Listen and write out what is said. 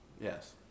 Yes